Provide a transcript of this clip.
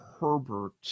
Herbert